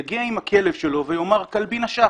האדם יגיע עם הכלב שלו ויאמר: כלבי נשך